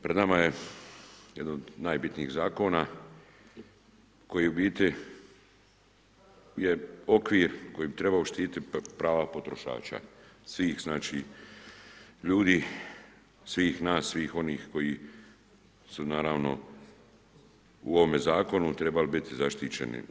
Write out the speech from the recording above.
Pred nama je jedan od najbitnijih zakona koji u biti je okvir koji bi trebao štititi prava potrošača svih znači ljudi, svih nas, svih onih koji su naravno u ovome zakonu trebali biti zaštićeni.